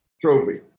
trophy